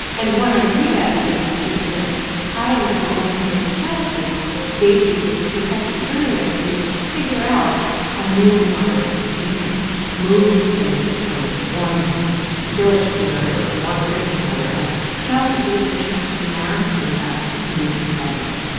and one idea, at least, is that having that long period of childhood gave you this protected period where you could figure out a new environment. you could move, say, from one village to another or from one place to another. and childhood gave you a chance to master that new environment.